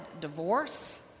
divorce